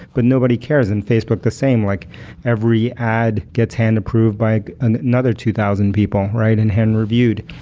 but nobody cares. and facebook, the same. like every ad gets hand approved by and another two thousand people, right? and hand-reviewed.